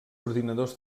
ordinadors